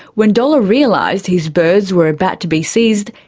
when dollar realised his birds were about to be seized,